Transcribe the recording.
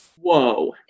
Whoa